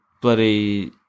bloody